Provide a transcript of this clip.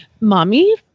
mommy